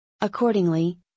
Accordingly